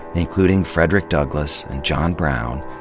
including frederick douglass and john brown,